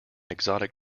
exotic